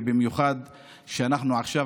ובמיוחד כשעכשיו,